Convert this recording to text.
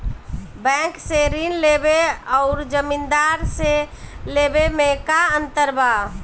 Bank से ऋण लेवे अउर जमींदार से लेवे मे का अंतर बा?